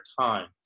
time